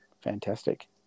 Fantastic